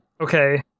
Okay